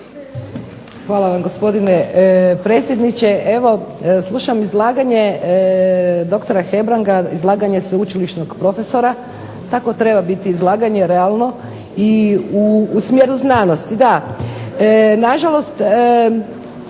Hvala vam gospodine predsjedniče. Evo slušam izlaganje dr. Hebranga, izlaganje sveučilišnog profesora, kakvo treba biti izlaganje realno i u smjeru znanosti.